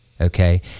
Okay